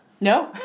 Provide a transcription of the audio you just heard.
No